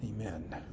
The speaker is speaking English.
Amen